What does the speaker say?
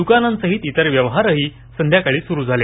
दुकानांसहित इतर व्यवहारही संध्याकाळी सुरू झाले